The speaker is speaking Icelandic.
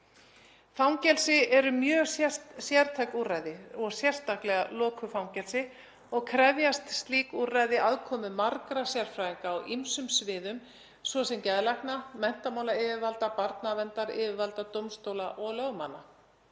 Fangelsi eru mjög sértæk úrræði, sérstaklega lokuð fangelsi, og krefjast slík úrræði aðkomu margra sérfræðinga á ýmsum sviðum, svo sem geðlækna, menntamálayfirvalda, barnaverndaryfirvalda, dómstóla og lögmanna.